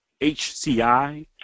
HCI